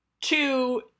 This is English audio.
Two